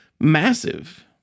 massive